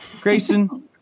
Grayson